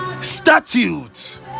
statutes